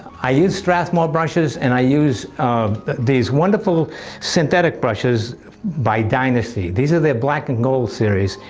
i use strathmore brushes, and i use um these wonderful synthetic brushes by dynasty. these are their black and gold series,